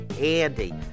Andy